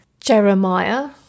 Jeremiah